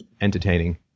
entertaining